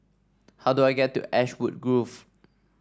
how do I get to Ashwood Grove